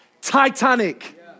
titanic